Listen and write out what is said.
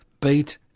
beat